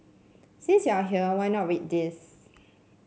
since you are here why not read this